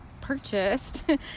purchased